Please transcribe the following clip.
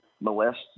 molest